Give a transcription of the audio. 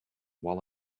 while